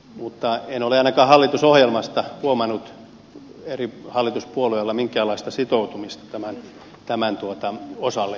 mutta en ole ainakaan hallitusohjelmasta huomannut eri hallituspuolueilla minkäänlaista sitoutumista tämän osalle